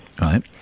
right